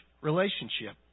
relationship